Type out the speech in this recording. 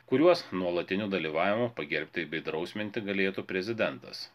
kuriuos nuolatiniu dalyvavimu pagerbti bei drausminti galėtų prezidentas